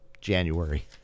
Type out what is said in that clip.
January